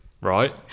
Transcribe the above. right